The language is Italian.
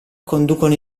conducono